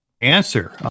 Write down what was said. answer